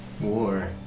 War